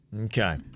Okay